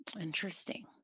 Interesting